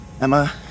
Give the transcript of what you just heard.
Emma